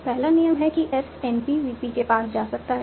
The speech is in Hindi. तो पहला नियम है कि एस NP VP के पास जा सकता है